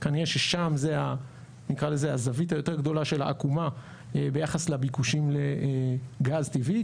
כנראה ששם זה הזווית היותר גדולה של העקומה ביחס לביקושים לגז טבעי,